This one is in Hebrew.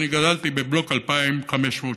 אני גדלתי בבלוק 2503/10,